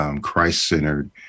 Christ-centered